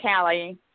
Callie